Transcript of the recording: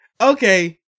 okay